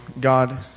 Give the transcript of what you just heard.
God